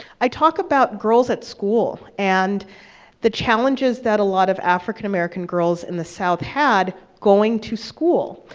i talk about girls at school and the challenges that a lot of african-american girls in the south had, going to school.